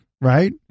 right